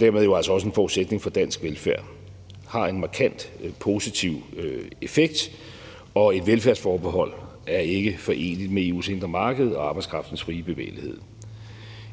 dermed jo altså også en forudsætning for dansk velfærd. Det har en markant positiv effekt, og et velfærdsforbehold er ikke foreneligt med EU's indre marked og arbejdskraftens frie bevægelighed.